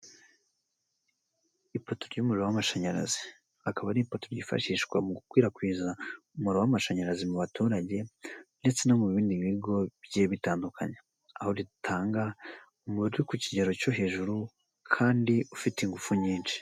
Ipoto ry'umuriro w'amashanyarazi akaba ari ipoto ryifashishwa mu gukwirakwiza umuriro w'amashanyarazi mu baturage ndetse no mu bindi bigo bigiye bitandukanye, aho bitanga umubare ku kigero cyo hejuru kandi ufite ingufu nyinshi.